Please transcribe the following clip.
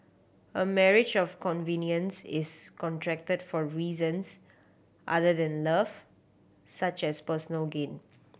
a marriage of convenience is contracted for reasons other than love such as personal gain